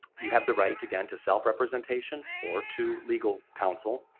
you have the right, again, to self-representation or to legal counsel,